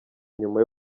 nyuma